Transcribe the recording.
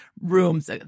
rooms